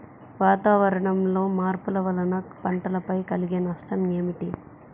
వాతావరణంలో మార్పుల వలన పంటలపై కలిగే నష్టం ఏమిటీ?